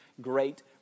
great